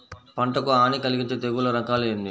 పంటకు హాని కలిగించే తెగుళ్ల రకాలు ఎన్ని?